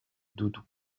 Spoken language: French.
doudou